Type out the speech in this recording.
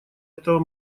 этого